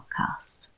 podcast